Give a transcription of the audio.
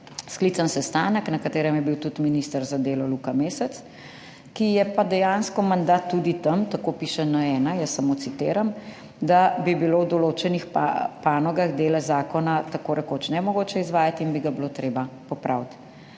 sklican sestanek na katerem je bil tudi minister za delo, Luka Mesec, ki je pa dejansko mandat tudi tam, tako piše N1, jaz samo citiram, da bi bilo v določenih panogah dele zakona tako rekoč nemogoče izvajati, in bi ga bilo treba popraviti.